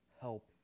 help